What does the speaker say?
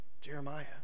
Jeremiah